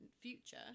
future